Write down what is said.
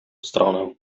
stronę